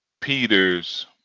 Peter's